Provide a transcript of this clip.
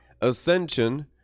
Ascension